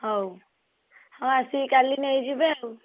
ହଉ ହଁ ଆସିକି କାଲି ନେଇଯିବେ ଆଉ